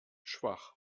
schwach